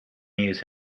news